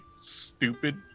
stupid